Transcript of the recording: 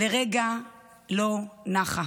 לרגע לא נחה.